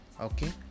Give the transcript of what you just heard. Okay